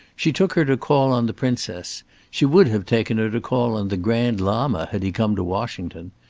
she took her to call on the princess she would have taken her to call on the grand lama had he come to washington.